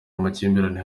amakimbirane